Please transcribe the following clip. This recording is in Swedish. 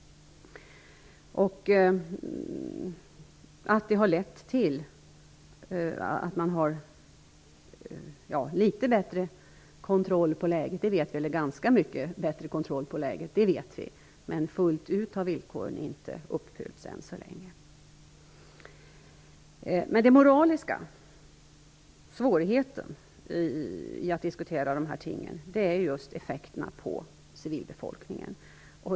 Att det har lett till att man har mycket bättre kontroll över läget vet vi, men fullt ut har villkoren inte uppfyllts ännu så länge. Det moraliskt svåra med dessa ting är effekterna för civilbefolkningen.